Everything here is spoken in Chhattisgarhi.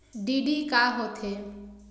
डी.डी का होथे?